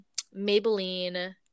Maybelline